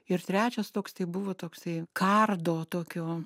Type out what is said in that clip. ir trečias toks tai buvo toksai kardo tokio